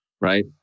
right